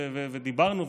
דיברנו,